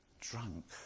drunk